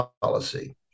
policy